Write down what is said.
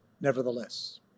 nevertheless